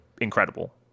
incredible